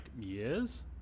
years